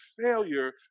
failure